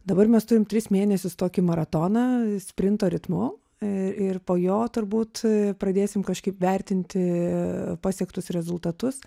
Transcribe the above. dabar mes turim tris mėnesius tokį maratoną sprinto ritmu ir po jo turbūt pradėsim kažkaip vertinti pasiektus rezultatus